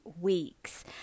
weeks